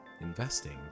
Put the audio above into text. investing